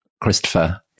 Christopher